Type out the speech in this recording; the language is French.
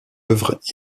œuvres